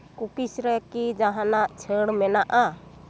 cookies ᱨᱮ ᱠᱤ ᱡᱟᱦᱟᱱᱟᱜ ᱪᱷᱟᱹᱲ ᱢᱮᱱᱟᱜᱼᱟ